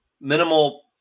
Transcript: minimal